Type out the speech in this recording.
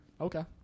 Okay